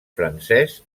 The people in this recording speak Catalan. francès